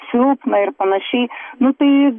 silpna ir panašiai nu tai